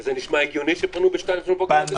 וזה נשמע הגיוני שפנו ב-02:00 לפנות בוקר?